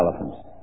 elephants